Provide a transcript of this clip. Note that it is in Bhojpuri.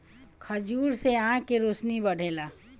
खजूर से आँख के रौशनी बढ़ेला